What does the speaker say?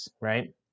right